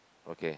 okay